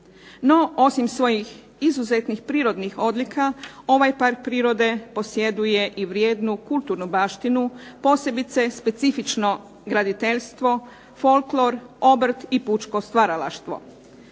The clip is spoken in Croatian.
No osim svojih izuzetnih prirodnih odlika ovaj Park prirode posjeduje i vrijednu kulturnu baštinu. Posebice je specifično graditeljstvo, folklor, obrt i pučko stvaralaštvo.